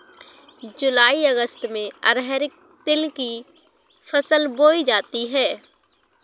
जूलाई अगस्त में अरहर तिल की फसल बोई जाती हैं